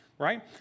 right